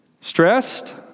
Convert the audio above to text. stressed